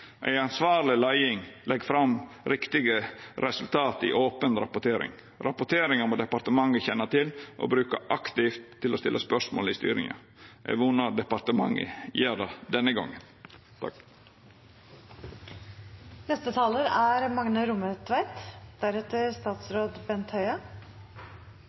Ei ansvarleg leiing legg fram riktige resultat i open rapportering. Rapporteringa må departementet kjenna til og bruka aktivt til å stilla spørsmål i styringa. Eg vonar departementet gjer det denne gongen.